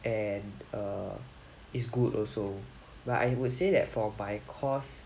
and err is good also but I will say that for my course